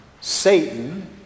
Satan